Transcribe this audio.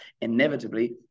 inevitably